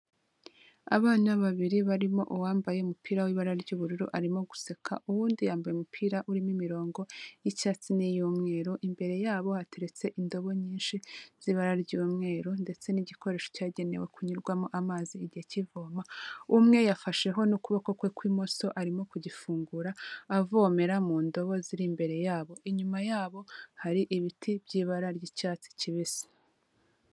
Abana babiri barimo uwambaye umupira w'ibara ry'ubururu arimo guseka, uwundi yambaye umupira urimo imirongo y'icyatsi n'iy'umweru, imbere yabo hateretse indobo nyinshi z'ibara ry'umweru ndetse n'igikoresho cyagenewe kunyurwamo amazi igihe cy'ivoma; umwe yafasheho n'ukuboko kwe kw'imoso arimo kugifungura avomera mu ndobo ziri imbere yabo, inyuma yabo hari ibiti by'ibara ry'icyatsi kibisi.